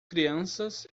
crianças